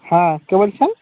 হ্যাঁ কে বলছেন